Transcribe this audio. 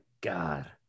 god